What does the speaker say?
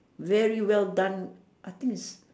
very well done I think is